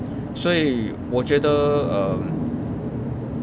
所以我觉得 um